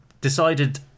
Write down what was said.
decided